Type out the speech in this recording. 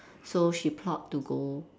so she plot to go